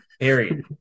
Period